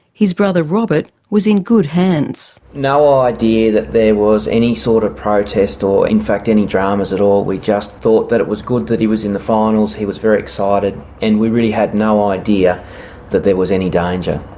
his brother robert was in good hands. no idea that there was any sort of protest or in fact any dramas at all. we just thought it was good that he was in the finals, he was very excited, and we really had no idea that there was any danger.